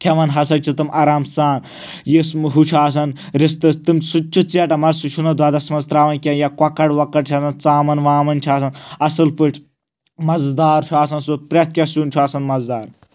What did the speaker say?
کھٮ۪وان ہسا چھِ تِم آرام سان یُس ہُہ چھُ آسان رِستہٕ تِم سُہ تہِ چھُ ژیٚٹَان مَگر سُہ چھُنہٕ دۄدَس منٛز ترٛاوَان کینٛہہ یا کۄکر وۄکَر چھِ آسان ژامَن وامَن چھِ آسان اصل پٲٹھۍ مَزٕدار چھُ آسان سُہ پرؠتھ کینٛہہ سِیُن چھُ آسان مَزٕدار